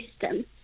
system